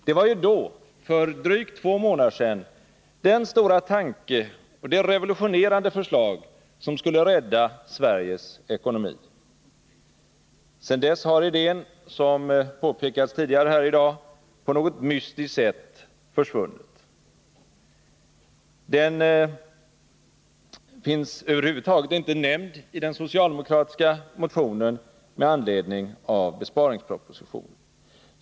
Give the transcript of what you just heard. Det var ju då — för drygt två månader sedan — den stora tanke och det revolutionerande förslag som skulle rädda Sveriges ekonomi. Sedan dess har idén — som påpekats tidigare här i dag — på något mystiskt sätt försvunnit. Den finns över huvud taget inte nämnd i den socialdemokratiska motionen med anledning av besparingspropositionen.